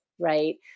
right